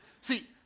See